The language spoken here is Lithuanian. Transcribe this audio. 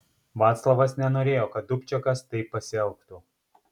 vaclavas nenorėjo kad dubčekas taip pasielgtų